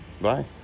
bye